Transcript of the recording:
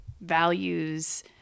values